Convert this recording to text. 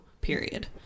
period